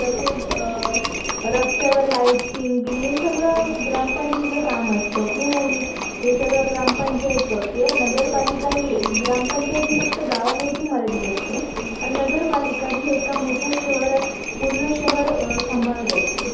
तसेच रस्त्यावर लाईटींग बी हे सगळं ग्रामपंचायतीचं काम असतं पूल हे सगळं ग्रामपंचायत बघते व नगरपालिका ही ग्रामपंचायत ही फक्त गावापुरती मर्यादित असते आणि नगरपालिका ही एका मोठ्या शहरा पूर्ण शहर सांभाळत असते